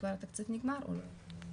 כשהתקציב נגמר הוא לא יקבל.